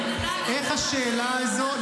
איך השאלה הזאת,